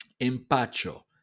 Empacho